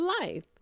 life